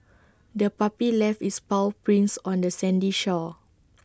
the puppy left its paw prints on the sandy shore